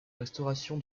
restauration